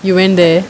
you went there